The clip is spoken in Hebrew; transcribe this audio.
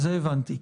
זה הבנתי.